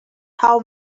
how